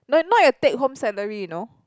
like not your take home salary you know